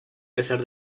pesar